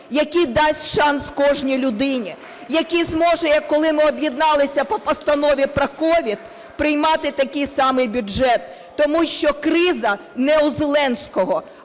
який дасть шанс кожній людині, який зможе, як коли ми об'єдналися по Постанові про COVID, приймати такий самий бюджет. Тому що криза не у Зеленського,